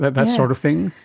but that sort of thing?